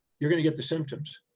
you're going to get the symptoms.